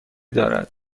دارد